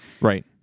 Right